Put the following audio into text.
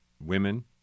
women